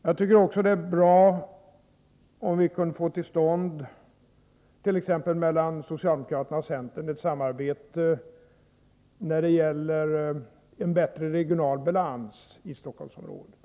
Det vore också bra om vi t.ex. mellan socialdemokraterna och centern kunde få till stånd ett samarbete när det gäller en bättre regional balans i Stockholmsområdet.